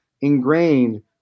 ingrained